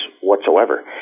whatsoever